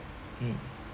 mm